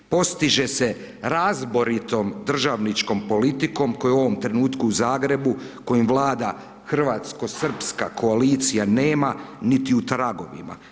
Postiže se razboritom državničkom politikom koja je u ovom trenutku u Zagrebu kojom vlada hrvatsko-srpska koalicija nema niti u tragovima.